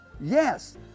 Yes